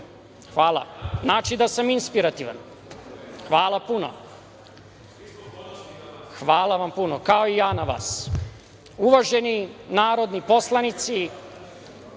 Ćuta. Znači da sam inspirativan. Hvala vam puno, kao i ja na vas. Uvaženi narodni poslanici,